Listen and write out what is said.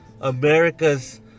America's